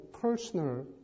personal